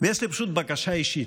יש לי פשוט בקשה אישית,